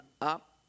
up